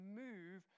move